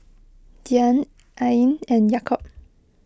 Dian Ain and Yaakob